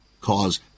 cause